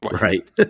Right